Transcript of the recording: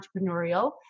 entrepreneurial